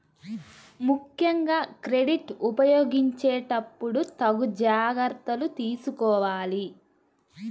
ముక్కెంగా క్రెడిట్ ఉపయోగించేటప్పుడు తగు జాగర్తలు తీసుకోవాలి